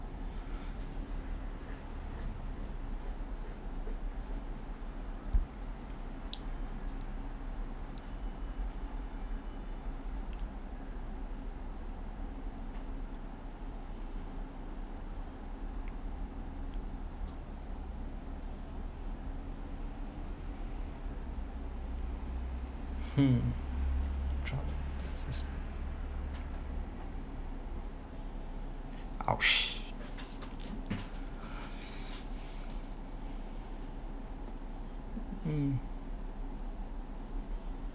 !ouch! mm